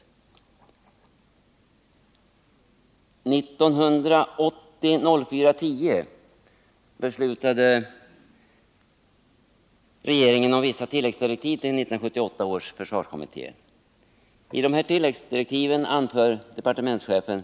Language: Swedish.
Den 10 april 1980 beslutade regeringen om vissa tilläggsdirektiv till 1978 års försvarskommitté. I dessa tilläggsdirektiv anför departementschefen.